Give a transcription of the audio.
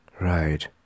Right